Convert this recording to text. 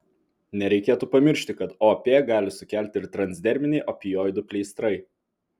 nereikėtų pamiršti kad op gali sukelti ir transderminiai opioidų pleistrai